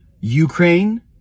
Ukraine